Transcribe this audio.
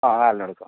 ആ നാലെണ്ണം എടുക്കാം